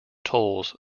tolls